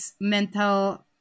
mental